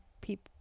people